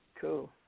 Cool